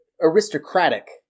aristocratic